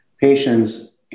patients